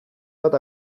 bat